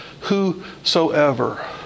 whosoever